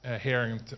hearing